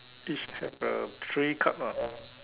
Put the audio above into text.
each have uh three cup ah